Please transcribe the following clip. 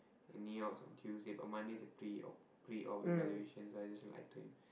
the knee op is on Tuesday but Mondays the pre op pre op evaluation so I just lied to him